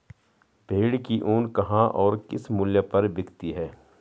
भेड़ की ऊन कहाँ और किस मूल्य पर बिकती है?